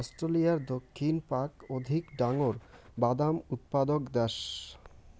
অস্ট্রেলিয়ার দক্ষিণ পাক অধিক ডাঙর বাদাম উৎপাদক দ্যাশ